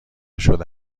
شده